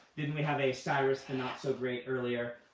didn't we have a cyrus the not so great earlier?